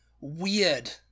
weird